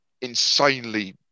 insanely